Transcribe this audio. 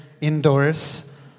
indoors